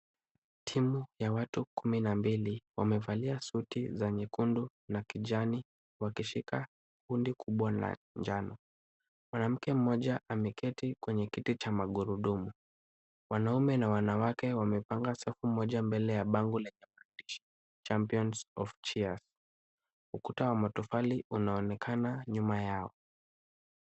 Timu ya watu kumi na mbili wamevalia suti za nyekundu na kijani wakishika kundi kubwa la njano. Mwanamke mmoja ameketi kwenye kiti cha magurudumu. Wanaume na wanawake wamepanga safu moja mbele ya bango lenye maandishi champions of cheers . Ukuta wa matofali unaonekana nyuma yao.